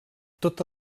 tota